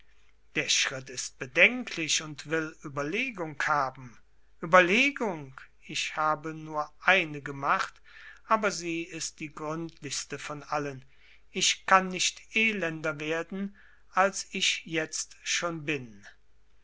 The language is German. der schritt ist bedenklich und will überlegung haben überlegung ich habe nur eine gemacht aber sie ist die gründlichste von allen ich kann nicht elender werden als ich jetzt schon bin